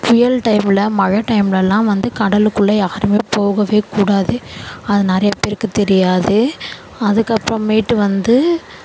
புயல் டைமில் மழை டைம்லெல்லாம் வந்து கடலுக்குள்ளே யாருமே போகவே கூடாது அது நிறைய பேருக்கு தெரியாது அதுக்கப்புறமேட்டு வந்து